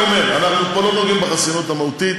אני אומר: אנחנו לא נוגעים פה בחסינות המהותית.